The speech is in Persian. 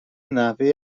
نحوه